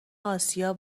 آسیا